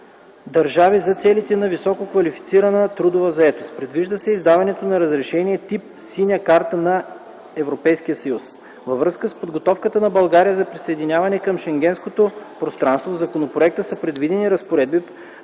държави за целите на висококвалифицирана трудова заетост. Предвижда се издаване на разрешение тип – „синя карта на ЕС”. Във връзка с подготовката на България за присъединяване към Шенгенското пространство, в законопроекта са предвидени разпоредби,